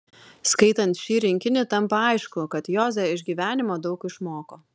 skaitant šį rinkinį tampa aišku kad joze iš gyvenimo daug išmoko